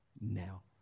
now